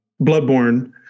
Bloodborne